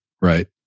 Right